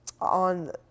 on